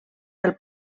del